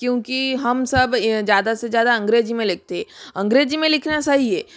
क्योंकि हम सब ज़्यादा से ज़्यादा अंग्रेज़ी में लिखते अंग्रेज़ी में लिखना सई है